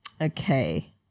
Okay